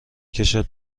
کشد